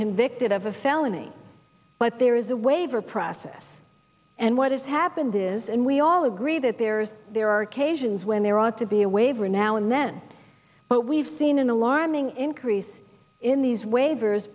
convicted of a felony but there is a waiver process and what has happened is and we all agree that there's there are occasions when there ought to be a waiver now and then but we've seen an alarming increase in these waivers